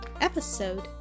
Episode